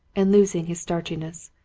and losing his starchiness.